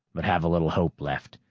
but have a little hope left.